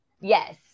Yes